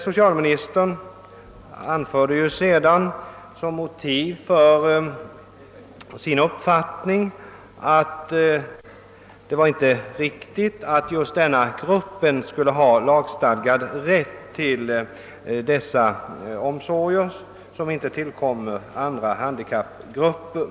Socialministern anförde sedan såsom motivering för sin uppfattning att det inte var riktigt att just denna grupp skulle ha lagstadgad rätt till dessa omsorger, vilka inte tillkommer andra handikappgrupper.